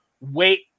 wait